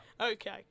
Okay